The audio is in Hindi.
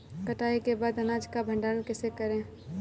कटाई के बाद अनाज का भंडारण कैसे करें?